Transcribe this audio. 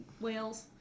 whales